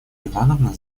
ивановна